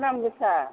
दाम गोसा